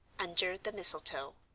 under the mistletoe